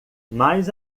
mas